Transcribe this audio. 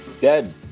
Dead